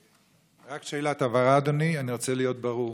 רק שאלת הבהרה, אדוני, אני רוצה להיות ברור: